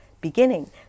beginning